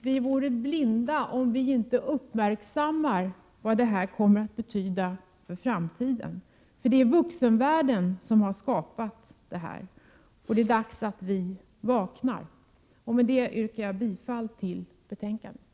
Vi är blinda om vi inte uppmärksammar detta och inser vad det kan betyda för framtiden. Det är vuxenvärlden som skapat detta problem, och det är dags att vi vaknar. Med detta yrkar jag bifall till utskottets hemställan.